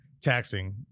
taxing